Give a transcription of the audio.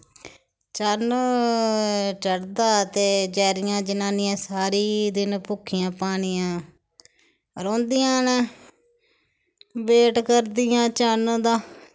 चन्न चढ़दा ते बेचारियां जनानियां सारी दिन भुक्खियां पानियां रौंह्दियां न वेट करदियां चन्न दा